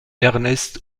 ernest